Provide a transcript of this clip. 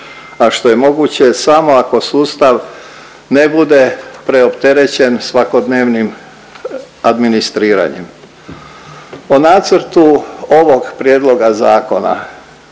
a što je moguće samo ako sustav ne bude preopterećen svakodnevnim administriranjem. O nacrtu ovog prijedloga zakona,